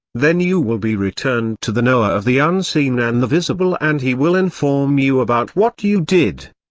then you will be returned to the knower of the unseen and the visible and he will inform you about what you did.